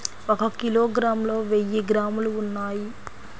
ఒక కిలోగ్రామ్ లో వెయ్యి గ్రాములు ఉన్నాయి